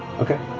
okay.